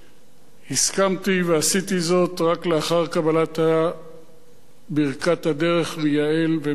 הסכמתי ועשיתי זאת רק לאחר קבלת ברכת הדרך מיעל ומהמשפחה.